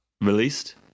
released